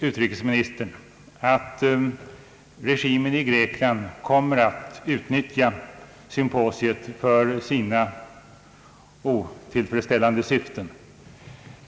Utrikesministern säger att regimen i Grekland kommer att utnyttja symposiet för sina egna syften.